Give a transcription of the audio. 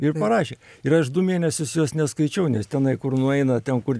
ir parašė ir aš du mėnesius jos neskaičiau nes tenai kur nueina ten kur